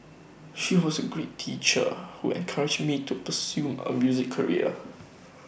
she was A great teacher who encouraged me to pursue A music career